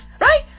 Right